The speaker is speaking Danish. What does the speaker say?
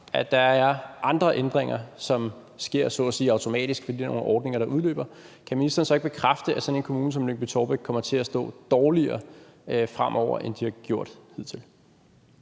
at der er andre ændringer, som så at sige sker automatisk, fordi der er nogle ordninger, der udløber, kan ministeren så ikke bekræfte, at sådan en kommune som Lyngby-Taarbæk kommer til at stå dårligere fremover, end de har gjort hidtil?